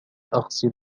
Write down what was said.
أغسل